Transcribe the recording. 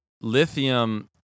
lithium